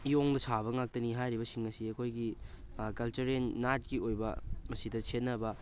ꯏꯌꯣꯡꯗ ꯁꯥꯕ ꯉꯥꯛꯇꯅꯤ ꯍꯥꯏꯔꯤꯕꯁꯤꯡ ꯑꯁꯤ ꯑꯩꯈꯣꯏꯒꯤ ꯀꯜꯆꯔꯦꯜ ꯅꯥꯠꯀꯤ ꯑꯣꯏꯕ ꯃꯁꯤꯗ ꯁꯦꯠꯅꯕ